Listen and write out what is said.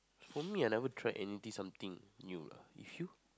for me I never try anything something new lah if you